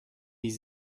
ils